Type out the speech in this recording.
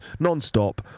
nonstop